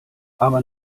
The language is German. aber